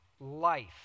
life